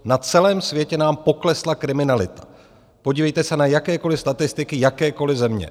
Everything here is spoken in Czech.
Na celém světě nám poklesla kriminalita, podívejte se na jakékoliv statistiky jakékoliv země.